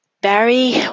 Barry